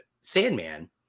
Sandman